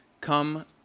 Come